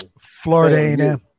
florida